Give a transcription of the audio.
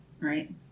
right